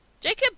Jacob